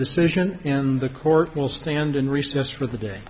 decision and the court will stand in recess for the day